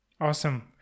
Awesome